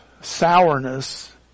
sourness